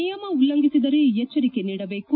ನಿಯಮ ಉಲ್ಲಂಘಿಸಿದರೆ ಎಚ್ಗರಿಕೆ ನೀಡಬೇಕು